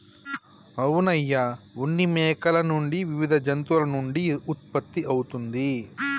అవును అయ్య ఉన్ని మేకల నుండి వివిధ జంతువుల నుండి ఉత్పత్తి అవుతుంది